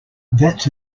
that’s